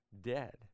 dead